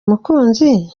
umukunzi